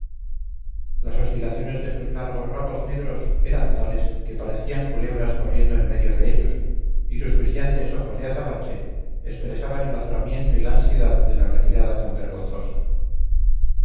las oscilaciones de sus largos rabos negros eran tales que parecían culebras corriendo en medio de ellos y sus brillantes ojos de azabache expresaban el azoramiento y la ansiedad de retirada tan vergonzosa